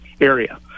area